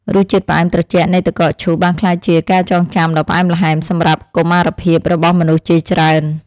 រសជាតិផ្អែមត្រជាក់នៃទឹកកកឈូសបានក្លាយជាការចងចាំដ៏ផ្អែមល្ហែមសម្រាប់កុមារភាពរបស់មនុស្សជាច្រើន។